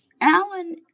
Alan